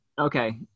Okay